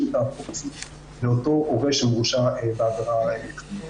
את האפוטרופסות לאותו הורה שמורשע בעבירה חמורה.